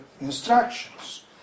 instructions